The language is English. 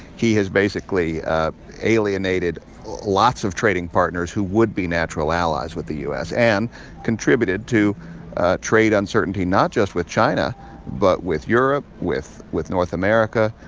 he has basically ah alienated lots of trading partners who would be natural allies with the u s. and contributed to trade uncertainty not just with china but with europe, with with north america,